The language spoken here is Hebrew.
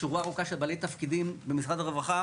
שורה ארוכה של בעלי תפקידים במשרד הרווחה